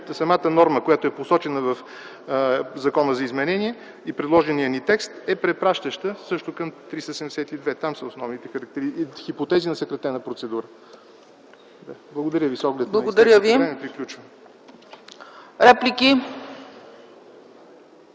самата норма, която е посочена в закона за изменение и предложеният ни текст, е препращаща също към чл. 372. Там са основните хипотези на съкратена процедура. Благодаря ви. ПРЕДСЕДАТЕЛ ЦЕЦКА ЦАЧЕВА: Реплики?